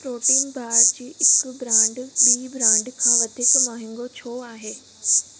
protein bar जी हिक brand ॿी ब्रांड खां वधीक महांगो छो आहे